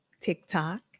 TikTok